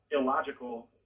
illogical